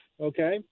okay